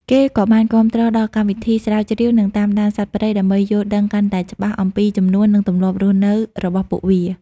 គេក៏បានគាំទ្រដល់កម្មវិធី ស្រាវជ្រាវ និងតាមដានសត្វព្រៃ ដើម្បីយល់ដឹងកាន់តែច្បាស់អំពីចំនួន និងទម្លាប់រស់នៅរបស់ពួកវា។